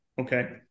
okay